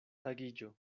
tagiĝo